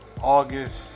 August